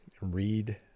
read